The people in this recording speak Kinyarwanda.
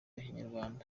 inyarwanda